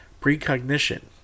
precognition